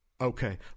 Okay